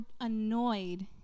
annoyed